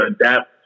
adapt